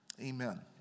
Amen